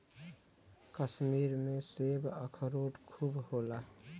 कश्मीर में सेब, अखरोट खूब होला